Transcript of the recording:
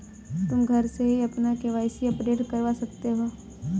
तुम घर से ही अपना के.वाई.सी अपडेट करवा सकते हो